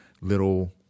little